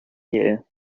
year